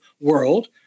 world